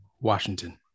Washington